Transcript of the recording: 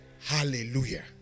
Hallelujah